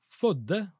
födde